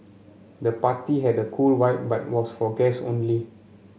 the party had a cool vibe but was for guests only